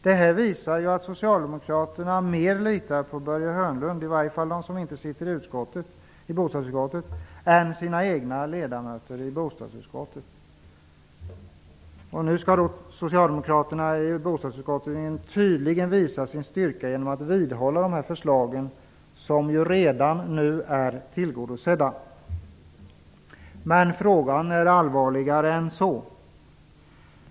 Det här visar att i varje fall de socialdemokrater som inte sitter i bostadsutskottet litar mer på Börje Hörnlund än på sina egna ledamöter i bostadsutskottet. Och nu skall tydligen socialdemokraterna i bostadsutskottet visa sin styrka genom att vidhålla förslag som redan är tillgodosedda. Men frågan är allvarligare än så.